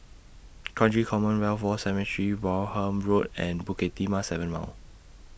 Kranji Commonwealth War Cemetery Wareham Road and Bukit Timah seven Mile